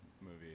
movie